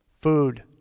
food